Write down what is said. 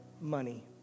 money